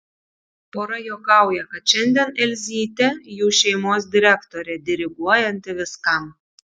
pora juokauja kad šiandien elzytė jų šeimos direktorė diriguojanti viskam